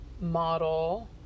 model